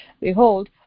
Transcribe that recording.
Behold